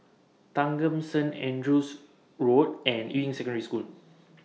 Thanggam Saint Andrew's Road and Yuying Secondary School